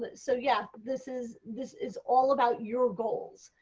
but so yeah, this is this is all about your goals.